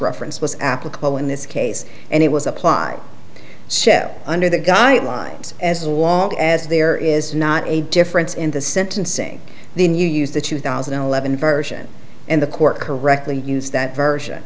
reference was applicable in this case and it was applied show under the guidelines as long as there is not a difference in the sentencing then you use the two thousand and eleven version and the court correctly use that version